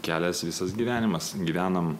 kelias visas gyvenimas gyvenam